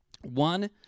One